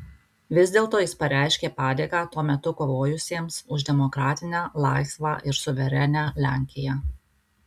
vis dėlto jis pareiškė padėką tuo metu kovojusiems už demokratinę laisvą ir suverenią lenkiją